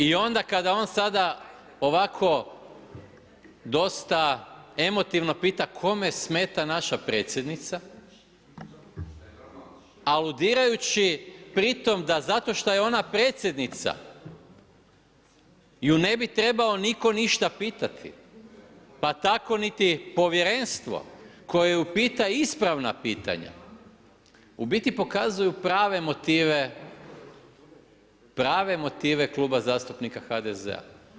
I onda kada on sada ovako dosta emotivno pita kome smeta naša predsjednica aludirajući pri tome da zato što je ona predsjednica ju ne bi trebao nitko ništa pitati pa tako niti povjerenstvo koje ju pita ispravna pitanja u biti pokazuju prave motive, prave motive Kluba zastupnika HDZ-a.